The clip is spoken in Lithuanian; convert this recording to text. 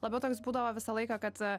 labiau toks būdavo visą laiką kad